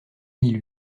mille